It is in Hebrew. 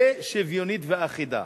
ושוויונית ואחידה.